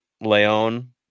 Leon